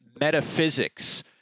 Metaphysics